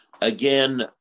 Again